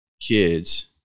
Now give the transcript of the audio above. kids